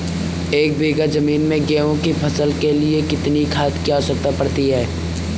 एक बीघा ज़मीन में गेहूँ की फसल के लिए कितनी खाद की आवश्यकता पड़ती है?